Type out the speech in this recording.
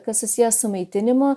kas susiję su maitinimu